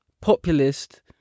populist